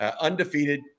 undefeated